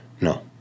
No